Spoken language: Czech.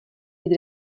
být